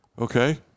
Okay